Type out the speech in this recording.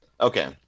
Okay